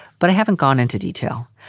but i haven't gone into detail.